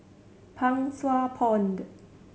Pang Sua Pond